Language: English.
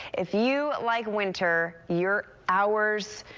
if you like winter your hours.